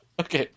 Okay